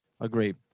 Agreed